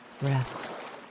breath